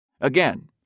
Again